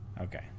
Okay